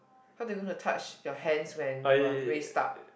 how do you wanna touch your hands when you are raised up